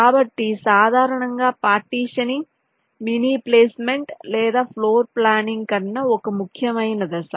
కాబట్టి సాధారణంగా partitioning mini placement లేదా ఫ్లోర్ ప్లానింగ్ కన్నా ఒక ముఖ్యమైన దశ